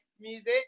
music